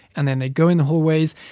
and then they go in the hallways.